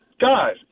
Guys